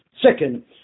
second